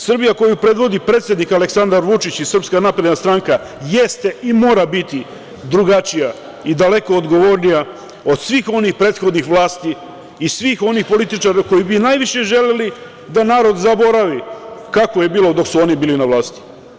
Srbija koju predvodi predsednik Aleksandar Vučić i SNS jeste i mora biti drugačija i daleko odgovornija od svih onih prethodnih vlasti i svih onih političara koji bi najviše želeli da narod zaboravi kako je bilo dok su oni bili na vlasti.